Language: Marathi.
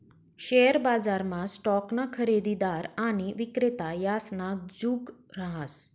शेअर बजारमा स्टॉकना खरेदीदार आणि विक्रेता यासना जुग रहास